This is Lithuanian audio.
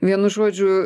vienu žodžiu